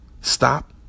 stop